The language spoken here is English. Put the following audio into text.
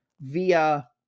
via